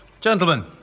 gentlemen